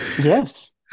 yes